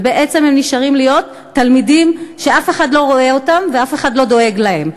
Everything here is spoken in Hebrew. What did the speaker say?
ובעצם הם נשארים תלמידים שאף אחד לא רואה אותם ואף אחד לא דואג להם.